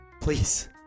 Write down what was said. Please